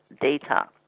data